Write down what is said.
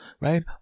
right